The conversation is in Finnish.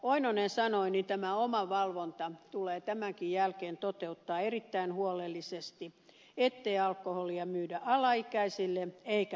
oinonen sanoi niin tämä omavalvonta tulee tämänkin jälkeen toteuttaa erittäin huolellisesti ettei alkoholia myydä alaikäisille eikä päihtyneille